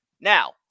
Now